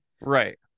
right